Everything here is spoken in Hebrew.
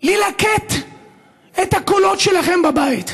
ללקט את הקולות שלכם בבית.